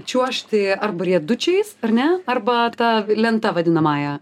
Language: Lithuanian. čiuožti arba riedučiais ar ne arba ta lenta vadinamąja